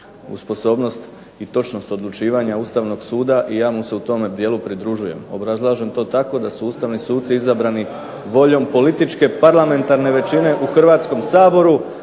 u sposobnost i točnost odlučivanja Ustavnog suda i ja mu se u tome dijelu pridružujem. Obrazlažem to tako da su ustavni suci izabrani voljom političke parlamentarne većine u Hrvatskom saboru,